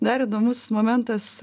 dar įdomus momentas